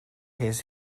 his